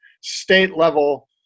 state-level